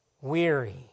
weary